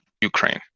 Ukraine